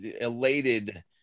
elated